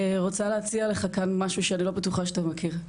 אני רוצה להציע לך משהו שאני לא בטוחה שאתה מכיר.